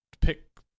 pick